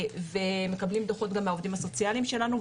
ומקבלים דו"חות מהעובדים הסוציאליים שלנו,